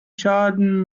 schaden